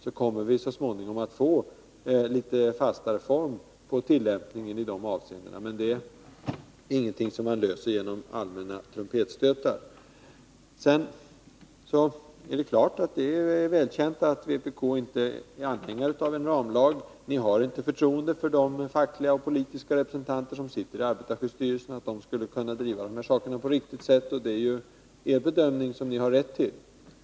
Då får vi så småningom litet fastare form för tillämpningen i dessa avseenden. Det är inte ett problem som man löser genom allmänna trumpetstötar. Det är välkänt att vpk inte är anhängare av en ramlag. Ni har inte förtroende för de fackliga och politiska representanter som sitter i arbetarskyddsstyrelsen. Ni tror inte att de kan driva dessa frågor på ett riktigt sätt. Det är er bedömning, som ni har rätt att göra.